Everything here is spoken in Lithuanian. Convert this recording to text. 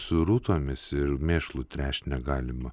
srutomis ir mėšlu tręšt negalima